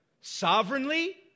Sovereignly